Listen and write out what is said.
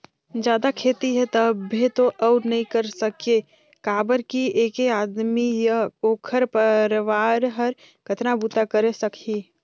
जादा खेती हे तभे तो अउ नइ कर सके काबर कि ऐके आदमी य ओखर परवार हर कतना बूता करे सकही